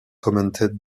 commanded